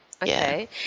Okay